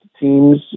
teams